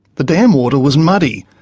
the dam water was muddy,